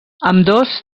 ambdós